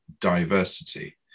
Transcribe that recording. diversity